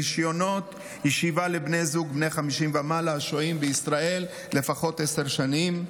רישיונות ישיבה לבני זוג בני 50 ומעלה השוהים בישראל לפחות עשר שנים,